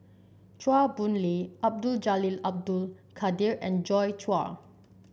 Chua Boon Lay Abdul Jalil Abdul Kadir and Joi Chua